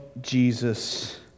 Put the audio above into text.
Jesus